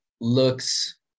looks